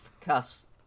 cuffs